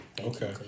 Okay